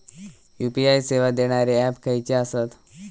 UPI सेवा देणारे app खयचे आसत?